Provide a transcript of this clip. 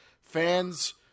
fans